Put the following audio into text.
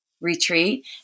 retreat